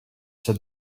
said